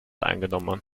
angenommen